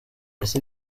ese